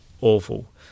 awful